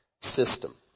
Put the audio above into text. system